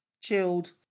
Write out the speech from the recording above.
chilled